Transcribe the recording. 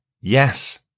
yes